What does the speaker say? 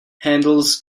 handles